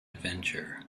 adventure